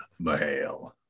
Mahale